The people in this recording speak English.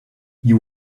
you